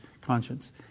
conscience